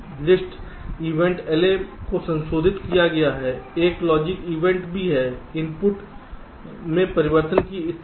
list event LA को संशोधित किया गया है एक लॉजिक इवेंट भी है इनपुट में परिवर्तन की स्थिति है